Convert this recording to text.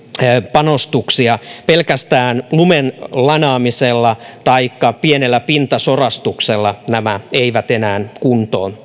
panostuksia pelkästään lumen lanaamisella taikka pienellä pintasorastuksella nämä eivät enää kuntoon